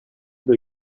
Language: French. deux